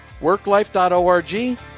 worklife.org